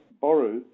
borrow